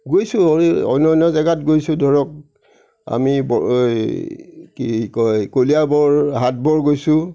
গৈছো অন্য অন্য জেগাত গৈছোঁ ধৰক আমি এই কি কয় কলিয়াবৰ হাটবৰ গৈছোঁ